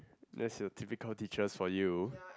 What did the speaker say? that's the typical teachers for you